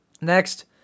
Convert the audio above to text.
Next